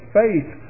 faith